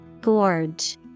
Gorge